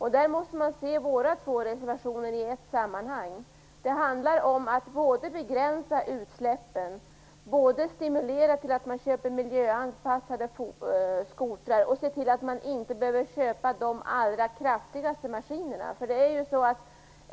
Här måste man se våra två reservationer i ett sammanhang. Det handlar om att begränsa utsläppen, att stimulera till köp av miljöanpassade skotrar och se till att man inte behöver köpa de allra kraftigaste maskinerna.